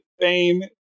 fame